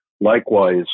Likewise